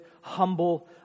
humble